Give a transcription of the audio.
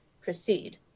proceed